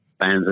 fans